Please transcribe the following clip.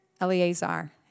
Eleazar